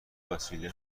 وسیله